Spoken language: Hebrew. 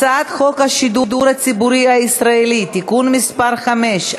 הצעת חוק השידור הציבורי הישראלי (תיקון מס' 5),